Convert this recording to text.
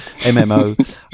MMO